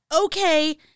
okay